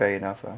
fair enough ah